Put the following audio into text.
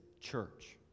church